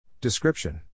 Description